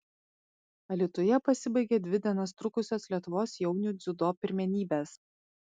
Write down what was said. alytuje pasibaigė dvi dienas trukusios lietuvos jaunių dziudo pirmenybės